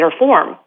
form